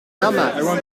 gramat